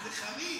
זה חריג.